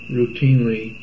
routinely